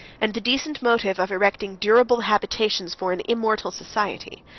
and the decent motive of erecting durable habitations for an immortal society.